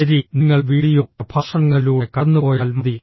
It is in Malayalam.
ശരി നിങ്ങൾ വീഡിയോ പ്രഭാഷണങ്ങളിലൂടെ കടന്നുപോയാൽ മതി